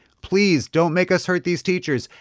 please don't make us hurt these teachers.